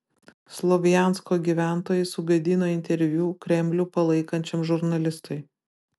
slovjansko gyventojai sugadino interviu kremlių palaikančiam žurnalistui